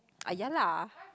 ah ya lah